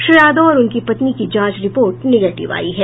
श्री यादव और उनकी पत्नी की जांच रिपोर्ट निगेटिव आयी है